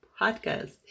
podcast